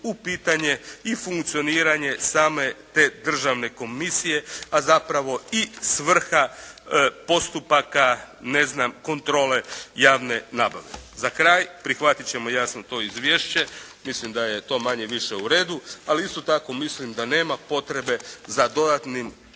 u pitanje i funkcioniranje same te državne komisije, a zapravo i svrha postupaka ne znam kontrole javne nabave. Za kraj prihvatit ćemo jasno to izvješće. Mislim da je to manje-više u redu. Ali isto tako mislim da nema potrebe za dodatnim